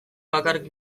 bakarrik